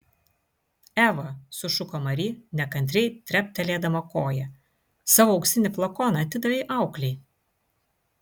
eva sušuko mari nekantriai treptelėdama koja savo auksinį flakoną atidavei auklei